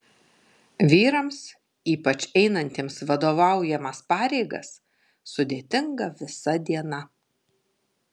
vyrams ypač einantiems vadovaujamas pareigas sudėtinga visa diena